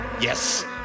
Yes